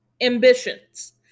ambitions